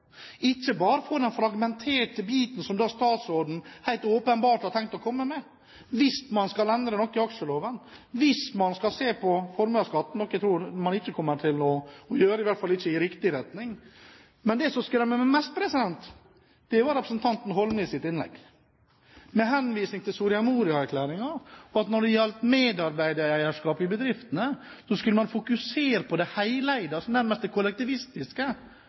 ikke bare for den fragmenterte biten som statsråden helt åpenbart har tenkt å komme med hvis man skal endre noe i aksjeloven, og hvis man skal se på formuesskatten – noe jeg ikke tror man kommer til å gjøre, i hvert fall ikke i riktig retning. Men det som skremmer meg mest, er representanten Holmelids innlegg. Med henvisning til Soria Moria-erklæringen når det gjelder medeierskap i bedriftene, skulle man fokusere på de heleide, nærmest det kollektivistiske,